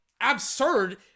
absurd